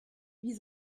wir